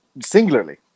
singularly